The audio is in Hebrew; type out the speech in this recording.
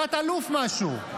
תת-אלוף משהו,